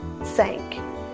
Sank